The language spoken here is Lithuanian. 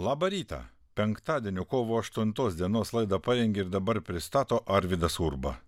labą rytą penktadienio kovo aštumtos dienos laidą parengė ir dabar pristato arvydas urba